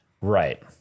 right